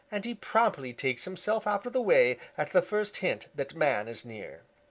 and he promptly takes himself out of the way at the first hint that man is near.